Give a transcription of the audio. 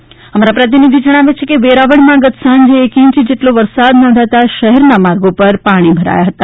વરસાદ અમારા પ્રતિનિધિ જણાવે છે કે વેરાવળમાં ગત સાંજે એક ઈંચ જેટલો વરસાદ નોંધાતા શહેરના માર્ગ પણ પાણીથી ભરાયા હતા